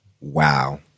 Wow